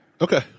Okay